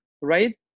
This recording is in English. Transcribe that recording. right